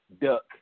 duck